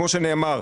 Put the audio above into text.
כמו שנאמר,